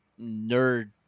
nerd